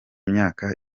myaka